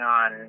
on